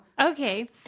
Okay